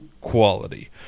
Quality